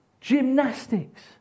gymnastics